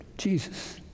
Jesus